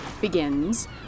begins